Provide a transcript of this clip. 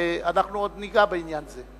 אנחנו עוד ניגע בעניין זה.